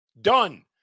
Done